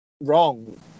wrong